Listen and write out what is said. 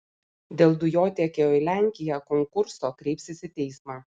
dėl dujotiekio į lenkiją konkurso kreipsis į teismą